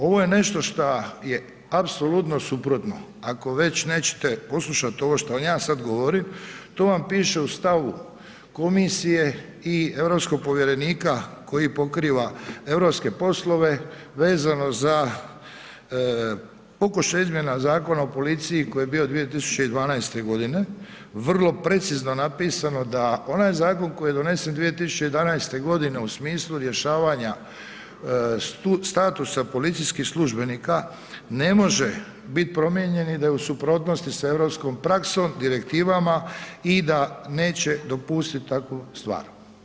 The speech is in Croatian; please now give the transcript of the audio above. Ovo je nešto što je apsolutno suprotno, ako već nećete poslušati ovo što vam ja sad govorim, to vam piše u stavu Komisije i europskog povjerenika koji pokriva europske poslove vezano za pokušaj izmjena Zakona o policiji koji je bio 2012. godine, vrlo precizno napisano da onaj zakon koji je donesen 2011. godine u smislu rješavanja statusa policijskih službenika ne može biti promijenjen i da je u suprotnosti sa europskom praksom, direktivama i da neće dopustiti takvu stvar.